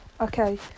okay